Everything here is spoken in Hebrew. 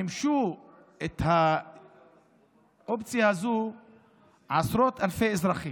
מימשו את האופציה הזו עשרות אלפי אזרחים.